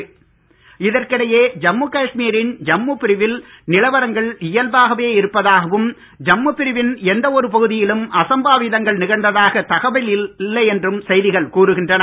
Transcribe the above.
நிலவரம் இதனிடையே ஜம்மு காஷ்மீரின் ஜம்மு பிரிவில் நிலவரங்கள் இயல்பாகவே இருப்பதாகவும் ஜம்மு பிரிவின் எந்த ஒரு பகுதியிலும் அசம்பாவிதங்கள் நிகழ்ந்த்தாக தகவல் இல்லை என்று செய்திகள் கூறுகின்றன